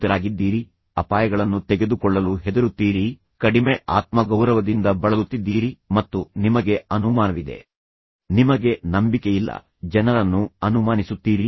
ಅವನಿಗೆ ಅದನ್ನು ಮಾಡಲು ಏಕೆ ಸಾಧ್ಯವಾಗುತ್ತಿಲ್ಲ ವಿವರಿಸಲು ಅವನು ಏಕೆ ಹಿಂಜರಿಯುತ್ತಿದ್ದಾನೆ ಎಂಬುದನ್ನು ನೀವು ಕಂಡುಕೊಳ್ಳುತ್ತೀರಿ ಕೆಲಸದಲ್ಲಿ ಅವನಿಗೆ ಏನು ಆಗುತ್ತಿದೆ